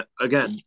again